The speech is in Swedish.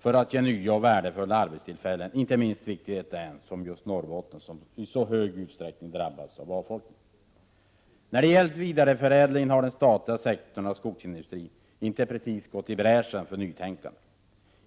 för att ge nya och värdefulla arbetstillfällen — inte minst viktigt i ett län som Norrbotten, som i så stor utsträckning drabbats av avfolkning. När det gällt vidareförädling har den statliga sektorn av skogsindustrin inte precis gått i bräschen för nytänkande.